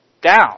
down